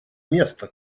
место